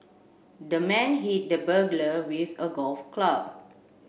the man hit the burglar with a golf club